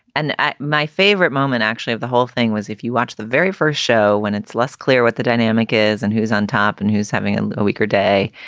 and ah my favorite moment, actually, of the whole thing was if you watched the very first show, when it's less clear what the dynamic is and who's on top and who's having a weaker day,